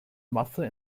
masse